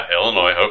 Illinois